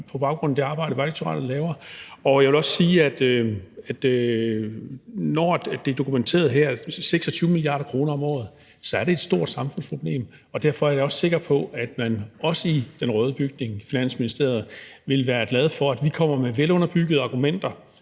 på baggrund af det arbejde, som Vejdirektoratet laver. Jeg vil også sige, at når det er dokumenteret her, at det er 26 mia. kr. om året, er det et stort samfundsproblem. Derfor er jeg også sikker på, at man også i den røde bygning, Finansministeriet, vil være glad for, at vi kommer med velunderbyggede argumenter,